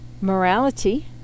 Morality